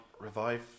revive